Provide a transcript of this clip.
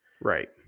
right